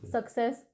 Success